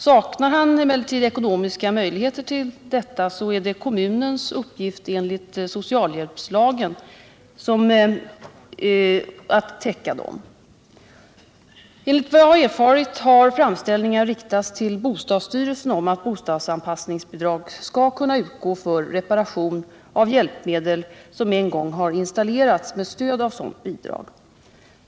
Saknar han ekonomiska möjligheter till detta är det kommunens uppgift enligt socialhjälpslagen att täcka dem. Enligt vad jag har erfarit har framställningar riktats till bostadsstyrelsen om att bostadsanpassningsbidrag skall kunna utgå för reparationer av hjälpmedel, som en gång har installerats med stöd av sådant bidrag.